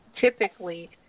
typically